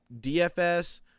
DFS